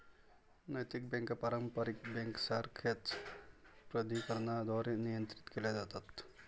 नैतिक बँका पारंपारिक बँकांसारख्याच प्राधिकरणांद्वारे नियंत्रित केल्या जातात